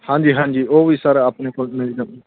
ਹਾਂਜੀ ਹਾਂਜੀ ਉਹ ਵੀ ਸਰ ਆਪਣੇ ਕੋਲ ਮਿਲ ਜਾਊ